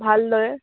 ভাল দৰে